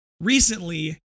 recently